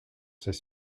ces